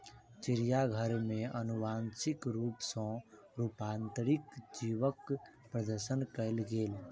चिड़ियाघर में अनुवांशिक रूप सॅ रूपांतरित जीवक प्रदर्शन कयल गेल